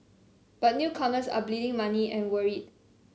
but newcomers are bleeding money and worried